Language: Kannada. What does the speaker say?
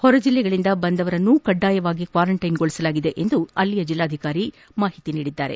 ಹೊರ ಜಿಲ್ಲೆಗಳಿಂದ ಬಂದವರನ್ನೂ ಕಡ್ಡಾಯವಾಗಿ ಕ್ವಾರಂಟೈನ್ಗೊಳಿಸಲಾಗಿದೆ ಎಂದು ಜಿಲ್ಲಾಧಿಕಾರಿ ತಿಳಿಸಿದ್ದಾರೆ